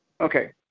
Okay